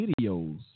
videos